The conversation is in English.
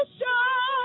show